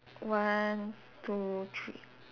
one two three